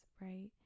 right